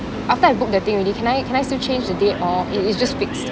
after I book the thing already can I can I still change the date or it it's just fixed